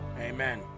Amen